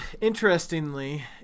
interestingly